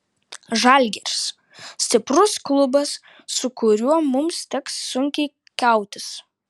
žalgiris stiprus klubas su kuriuo mums teks sunkiai kautis